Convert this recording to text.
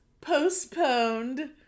postponed